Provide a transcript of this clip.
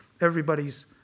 everybody's